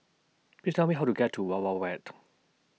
Please Tell Me How to get to Wild Wild Wet